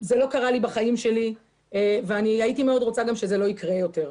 זה לא קרה לי בחיים שלי וגם הייתי מאוד רוצה שזה לא יקרה יותר.